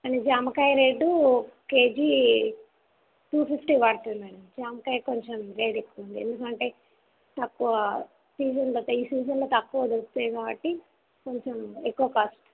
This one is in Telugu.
అండ్ జామకాయ రేటు కేజీ టూ ఫిఫ్టీ పడుతుందండి మ్యాడమ్ జామకాయ కొంచెం రేట్ ఎక్కువుంది ఎందుకంటే తక్కువ సీసన్ బట్టే ఈ సీసన్లో తక్కువ దొరుకుతాయి కాబట్టి కొంచెం ఎక్కువ కాస్ట్